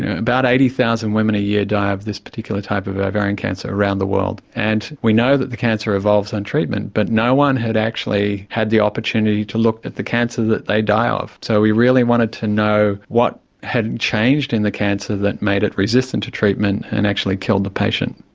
about eighty thousand women a year die of this particular type of ovarian cancer around the world, and we know that the cancer evolves on treatment but no one had actually had the opportunity to look at the cancer that they die of. so we really wanted to know what had changed in the cancer that made it resistant to treatment and actually kill the patient.